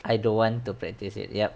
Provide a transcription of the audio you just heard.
I don't want to practise it yup